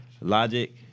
Logic